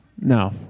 No